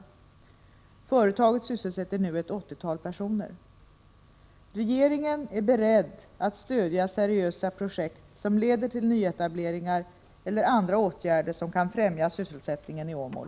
Företaget sysselsätter nu ett åttiotal personer. Regeringen är beredd att stödja seriösa projekt som leder till nyetableringar eller andra åtgärder som kan främja sysselsättningen i Åmål.